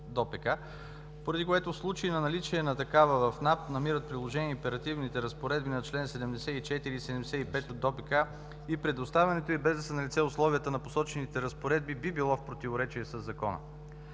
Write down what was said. поради което в случай на наличие на такава в НАП, намират приложение императивните разпоредби на чл.74 и 75 от ДОПК и предоставянето й без да са налице условията на посочените разпоредби би било в противоречие със закона.